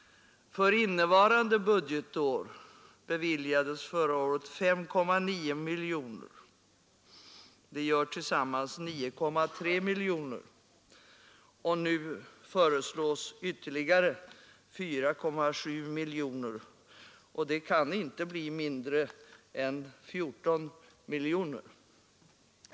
För innevarande budgetår beviljades förra året 5,9 miljoner. Det gör tillsammans 9,3 miljoner. Nu föreslås ytterligare 4,7 miljoner, och då kan summan inte bli mindre än 14 miljoner.